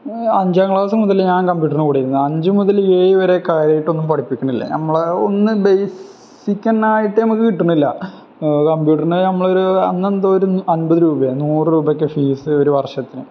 അഞ്ചാം ക്ലാസ് മുതല് ഞാൻ കമ്പ്യൂട്ടറിൻ്റെ കൂടെയായിരുന്നു അഞ്ച് മുതല് ഏഴ് വരെ കാര്യമായിട്ടൊന്നും പഠിപ്പിക്കുന്നില്ല നമ്മളെ ഒന്ന് ബേസിക്കൊന്നായിട്ട് നമുക്ക് കിട്ടുന്നില്ല കമ്പ്യൂട്ടറിനെ നമ്മളൊരു അന്നെന്തോ ഒര് അമ്പത് രൂപയോ നൂറ് രൂപയോ ഒക്കെ ഫീസ് ഒരു വർഷത്തിന്